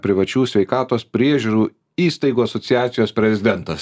privačių sveikatos priežiūrų įstaigų asociacijos prezidentas